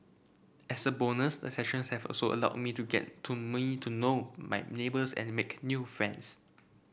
as a bonus the sessions have also allowed me to get to me to know my neighbours and make a new friends